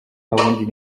wundi